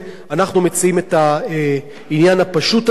אנחנו מציעים את העניין הפשוט הזה,